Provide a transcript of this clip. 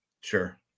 Sure